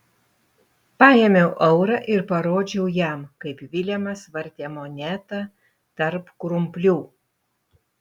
paėmiau eurą ir parodžiau jam kaip vilemas vartė monetą tarp krumplių